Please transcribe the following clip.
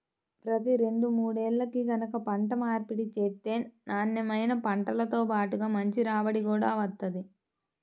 ప్రతి రెండు మూడేల్లకి గనక పంట మార్పిడి చేత్తే నాన్నెమైన పంటతో బాటుగా మంచి రాబడి గూడా వత్తది